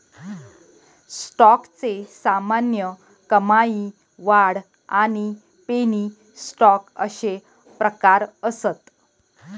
स्टॉकचे सामान्य, कमाई, वाढ आणि पेनी स्टॉक अशे प्रकार असत